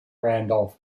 randolph